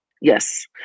Yes